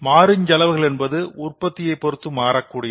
மாறுஞ் செலவுகள் என்பது உற்பத்தியை பொருத்து மாறக்கூடியது